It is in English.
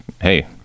Hey